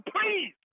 please